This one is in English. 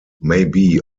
maybe